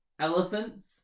Elephants